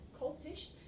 cultish